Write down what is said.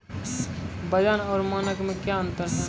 वजन और मानक मे क्या अंतर हैं?